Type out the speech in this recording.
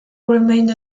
remained